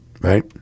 right